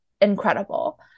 incredible